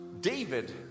David